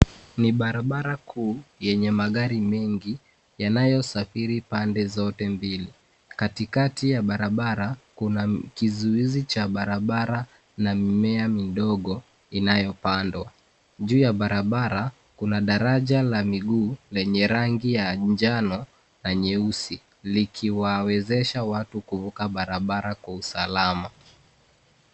Ni barabara kuu yenye magari mengi yanayosafiri pande zote mbili. Katikati ya barabara, kuna kizuizi cha barabara na mimea midogo inayopandwa. Juu ya barabara kuna daraja la mguu lenye rangi ya njano na nyeusi likiwawezesha watu kuvuka barabara kwa usalama.